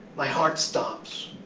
my heart stops.